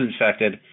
infected